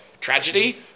tragedy